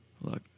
look